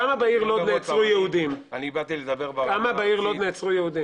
כמה יהודים נעצרו בעיר לוד?